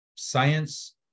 science